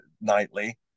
nightly